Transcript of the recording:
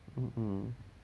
mm mm